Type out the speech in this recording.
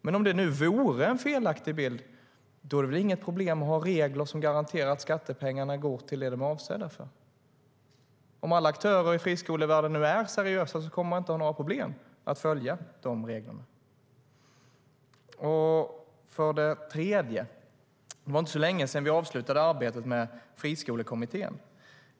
Men om det nu vore en felaktig bild är det väl inget problem att ha regler som garanterar att skattepengarna går till det de är avsedda för. Om alla aktörer i friskolevärlden nu är seriösa kommer de inte att ha några problem att följa dessa regler. För det tredje var det inte så länge sedan vi avslutade arbetet med Friskolekommittén.